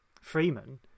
Freeman